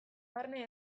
barne